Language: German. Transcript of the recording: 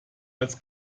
als